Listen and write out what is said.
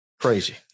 Crazy